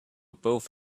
both